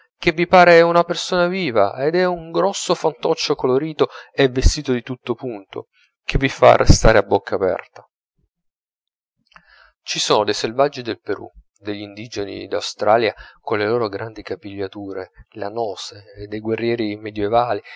che vi pare una persona viva ed è un grosso fantoccio colorito e vestito di tutto punto che vi fa restare a bocca aperta ci sono dei selvaggi del perù degli indigeni d'australia colle loro grandi capigliature lanose dei guerrieri medioevali